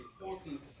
important